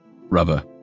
Rubber